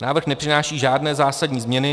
Návrh nepřináší žádné zásadní změny.